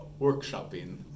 workshopping